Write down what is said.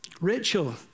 Rachel